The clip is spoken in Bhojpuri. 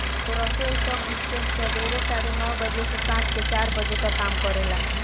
टोरंटो स्टॉक एक्सचेंज सबेरे साढ़े नौ बजे से सांझ के चार बजे तक काम करेला